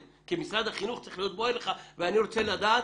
כמשרד החינוך צריך להיות בוער לך ואני רוצה לדעת